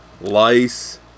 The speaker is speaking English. lice